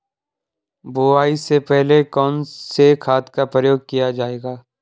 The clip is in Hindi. बुआई से पहले कौन से खाद का प्रयोग किया जायेगा?